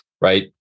right